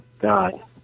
God